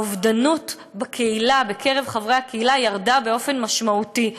האובדנות בקרב חברי הקהילה ירדה באופן משמעותי,